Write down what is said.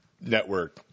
network